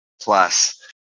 plus